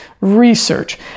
research